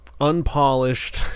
unpolished